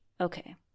Okay